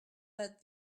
that